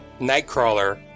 Nightcrawler